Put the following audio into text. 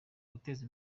guteza